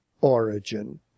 origin